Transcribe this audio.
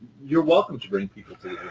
you're welcome to bring people to